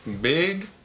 big